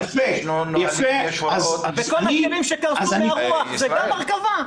יפה -- וכל הכלים שקרסו מהרוח זה גם הרכבה?